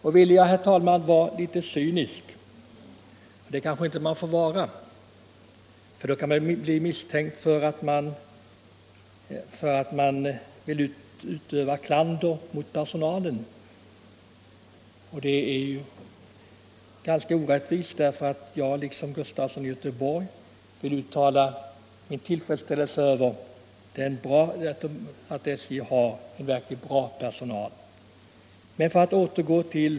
Man kan, herr talman, göra en jämförelse med persontrafiken, även om det låter litet cyniskt och man kanske blir misstänkt för att vilja uttala klander mot personalen — en misstanke som vore ganska orättvis, eftersom Jag, liksom herr Gustafson i Göteborg, vill uttala min tillfredsställelse över att SJ har verkligt bra personal.